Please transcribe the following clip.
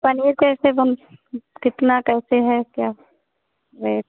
पनीर को कैसे बन कितना कैसे है क्या है रेट